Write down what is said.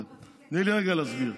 תני לי רגע להסביר.